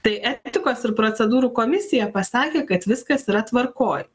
tai etikos ir procedūrų komisija pasakė kad viskas yra tvarkoj